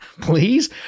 Please